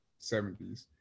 70s